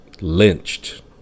lynched